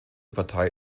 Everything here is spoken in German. partei